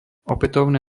opätovné